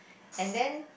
and then